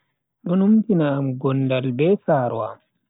Do numtina am gondal be saaro am.